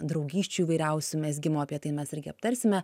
draugysčių įvairiausių mezgimo apie tai mes irgi aptarsime